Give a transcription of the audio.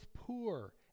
poor